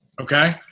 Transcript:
Okay